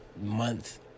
month